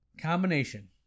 combination